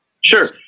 Sure